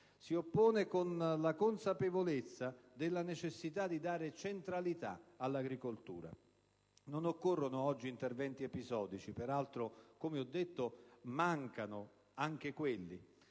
si oppone, con la consapevolezza della necessità di dare centralità all'agricoltura. Non occorrono oggi interventi episodici (peraltro mancano, come ho detto, anche quelli)